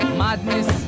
madness